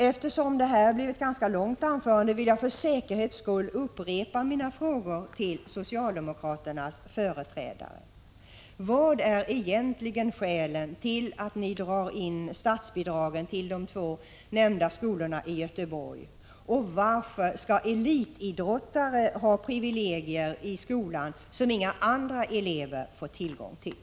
Eftersom det här blev ett ganska långt anförande vill jag för säkerhets skull upprepa mina frågor till socialdemokraternas företrädare: Vad är egentligen skälen till att ni drar in statsbidragen till de två nämnda skolorna i Göteborg? Varför skall elitidrottare ha privilegier i skolan som inga andra elever får tillgång till?